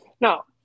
No